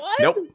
Nope